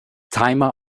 timer